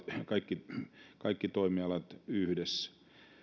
kaikki kaikki toimialat yhdessä